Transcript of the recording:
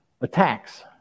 attacks